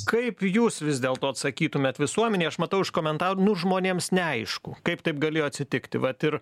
kaip jūs vis dėlto atsakytumėt visuomenei aš matau iš komentarų žmonėms neaišku kaip taip galėjo atsitikti vat ir